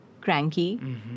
cranky